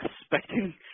expecting